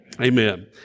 Amen